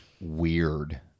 weird